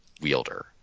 wielder